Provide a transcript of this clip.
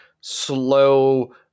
slow